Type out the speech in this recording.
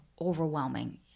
overwhelming